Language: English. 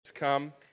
come